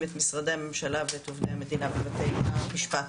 את משרדי הממשלה ואת עובדי המדינה בבתי המשפט.